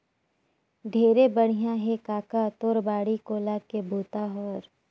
ढेरे बड़िया हे कका तोर बाड़ी कोला के बूता हर